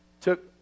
took